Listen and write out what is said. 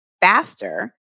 faster